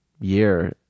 year